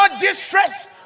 distress